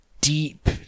deep